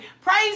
Praise